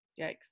Yikes